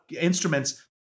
instruments